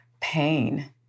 pain